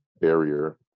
barrier